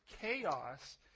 chaos